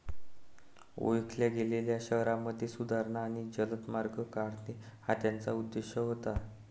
ओळखल्या गेलेल्या शहरांमध्ये सुधारणा आणि जलद मार्ग काढणे हा त्याचा उद्देश होता